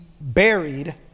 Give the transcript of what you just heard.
buried